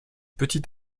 petit